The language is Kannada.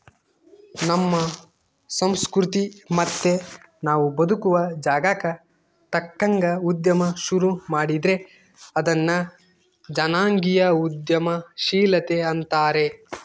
ನಮ್ಮ ಸಂಸ್ಕೃತಿ ಮತ್ತೆ ನಾವು ಬದುಕುವ ಜಾಗಕ್ಕ ತಕ್ಕಂಗ ಉದ್ಯಮ ಶುರು ಮಾಡಿದ್ರೆ ಅದನ್ನ ಜನಾಂಗೀಯ ಉದ್ಯಮಶೀಲತೆ ಅಂತಾರೆ